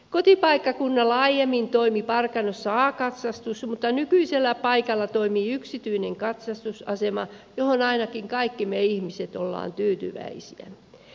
kotipaikkakunnallani aiemmin toimi parkanossa a katsastus mutta nykyisellä paikalla toimii yksityinen katsastusasema johon ainakin kaikki me ihmiset olemme tyytyväisiä